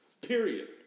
Period